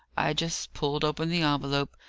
i just pulled open the envelope,